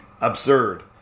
absurd